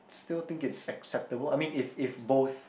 still think it's acceptable I mean if if both